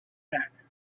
back